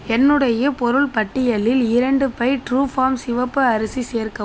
என்னுடைய பொருள் பட்டியலில் இரண்டு பை ட்ரூஃபார்ம் சிவப்பு அரிசி சேர்க்கவும்